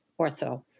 ortho